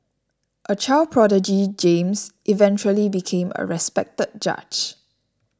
a child prodigy James eventually became a respected judge